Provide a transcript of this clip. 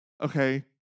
Okay